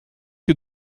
que